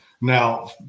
Now